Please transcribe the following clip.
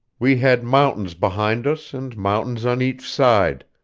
we had mountains behind us and mountains on each side,